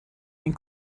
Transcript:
این